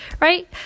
right